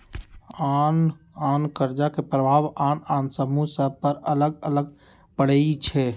आन आन कर्जा के प्रभाव आन आन समूह सभ पर अलग अलग पड़ई छै